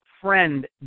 Friend